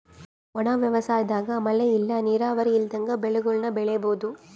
ಒಣ ವ್ಯವಸಾಯದಾಗ ಮಳೆ ಇಲ್ಲ ನೀರಾವರಿ ಇಲ್ದಂಗ ಬೆಳೆಗುಳ್ನ ಬೆಳಿಬೋಒದು